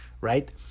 right